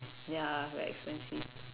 ya very expensive